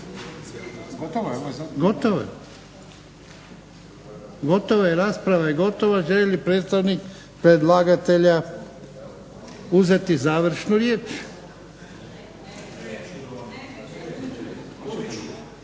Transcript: uzeti riječ? Gotovo je, rasprava je gotova. Želi li predstavnik predlagatelja uzeti završnu riječ?